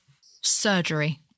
surgery